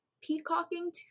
peacocking